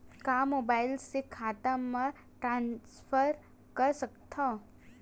का मोबाइल से खाता म ट्रान्सफर कर सकथव?